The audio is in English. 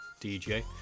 DJ